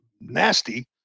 nasty